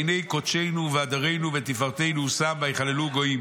והנה קדשנו והדרנו ותפארתנו השם ויחללוה גויים